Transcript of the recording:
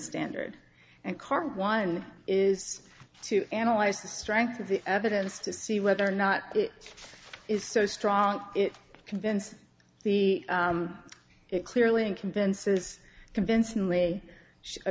standard and current one is to analyze the strength of the evidence to see whether or not it is so strong it convinces the it clearly and convinces convincingly